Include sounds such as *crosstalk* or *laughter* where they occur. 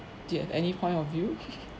do you have any point of view *laughs*